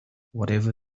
whatever